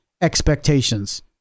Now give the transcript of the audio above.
expectations